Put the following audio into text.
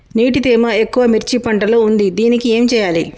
నీటి తేమ ఎక్కువ మిర్చి పంట లో ఉంది దీనికి ఏం చేయాలి?